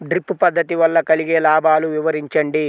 Drip పద్దతి వల్ల కలిగే లాభాలు వివరించండి?